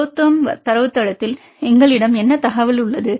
புரோதெர்ம் தரவுத்தளத்தில் எங்களிடம் என்ன தகவல் உள்ளது